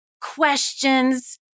questions